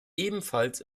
ebenfalls